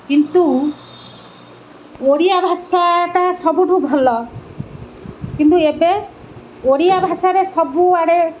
କିନ୍ତୁ ଓଡ଼ିଆଭାଷାଟା ସବୁଠୁ ଭଲ କିନ୍ତୁ ଏବେ ଓଡ଼ିଆଭାଷାରେ ସବୁଆଡ଼େ